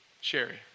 Sherry